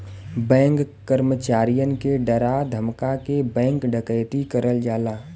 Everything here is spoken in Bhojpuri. बैंक कर्मचारियन के डरा धमका के बैंक डकैती करल जाला